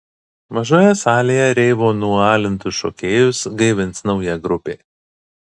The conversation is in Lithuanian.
mažojoje salėje reivo nualintus šokėjus gaivins nauja grupė